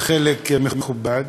וחלק מכובד.